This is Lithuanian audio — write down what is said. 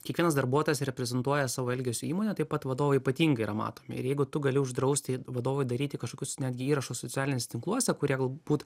kiekvienas darbuotojas reprezentuoja savo elgesiu įmonę taip pat vadovai ypatingai yra matomi ir jeigu tu gali uždrausti vadovui daryti kažkokius netgi įrašus socialiniuose tinkluose kurie galbūt